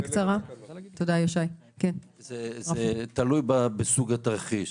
זה תלוי בסוג התרחיש.